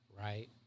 right